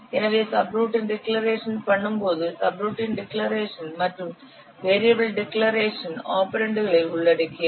எனவே subroutine declaration பண்ணும்போது subroutine declaration மற்றும் வேரியபிள் டிக்கிளரேஷன் ஆபரெண்டுகளை உள்ளடக்கியது